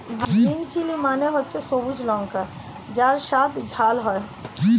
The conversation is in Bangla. গ্রিন চিলি মানে হচ্ছে সবুজ লঙ্কা যার স্বাদ ঝাল হয়